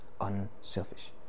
unselfish